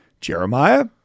Jeremiah